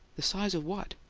the size of what?